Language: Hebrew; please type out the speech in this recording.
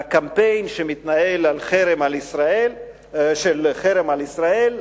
לקמפיין שמתנהל, של חרם על ישראל,